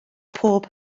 pob